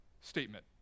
statement